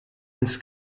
ins